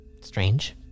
strange